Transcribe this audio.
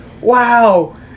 wow